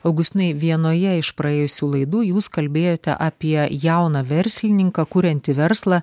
augustinai vienoje iš praėjusių laidų jūs kalbėjote apie jauną verslininką kuriantį verslą